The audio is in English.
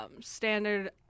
standard